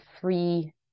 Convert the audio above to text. free